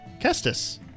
Kestis